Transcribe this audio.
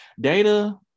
Data